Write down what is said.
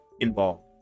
involved